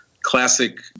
classic